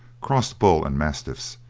crossbred bull and mastiffs,